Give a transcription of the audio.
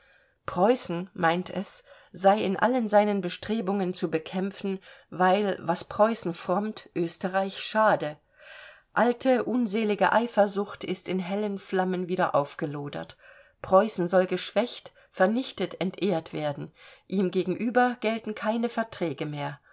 preußen meint es sei in allen seinen bestrebungen zu bekämpfen weil was preußen frommt österreich schade alte unselige eifersucht ist in hellen flammen wieder aufgelodert preußen soll geschwächt vernichtet entehrt werden ihm gegenüber gelten keine verträge mehr